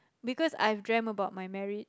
because I've dreamt about my marriage